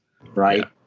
right